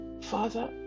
father